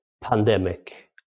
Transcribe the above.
pandemic